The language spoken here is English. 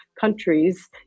countries